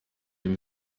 dem